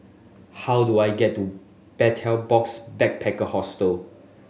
how do I get to Betel Box Backpacker Hostel